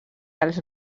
als